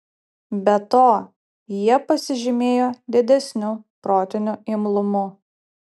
be to jie pasižymėjo didesniu protiniu imlumu